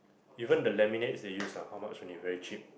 even the laminates they use ah how much only very cheap